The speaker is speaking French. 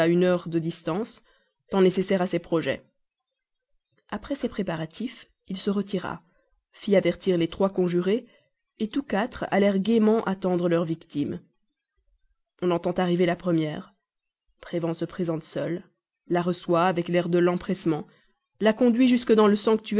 une heure de distance temps nécessaire à ses projets après ces préparatifs il se retira fit avertir les trois autres conjurés tous quatre allèrent gaiement attendre leurs victimes on entend arriver la première prévan se présente seul la reçoit avec l'air de l'empressement la conduit jusques dans le